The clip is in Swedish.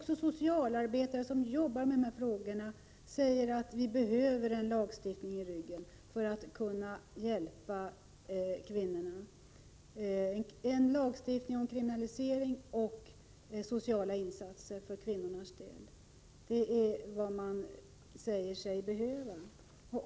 Socialarbetarna som arbetar med de här frågorna säger att de behöver en lagstiftning i ryggen för att kunna hjälpa kvinnorna. En lagstiftning om kriminalisering och sociala insatser för kvinnornas del är vad man säger sig behöva.